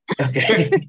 okay